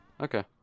okay